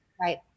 Right